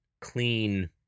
clean